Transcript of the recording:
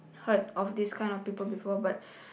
heard of this kind of people before but